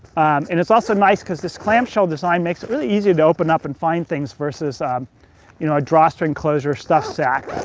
and it's also nice cause this clamshell design makes it really easy to open up and find things versus um you know a drawstring closure stuffed sack.